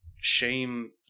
shame